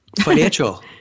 Financial